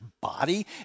body